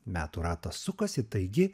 metų ratas sukasi taigi